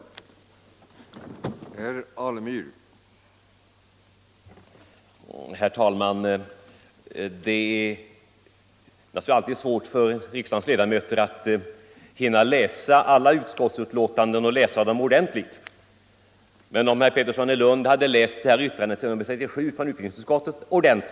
Jag hoppas herr Alemyr har samma uppfattning.